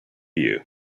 you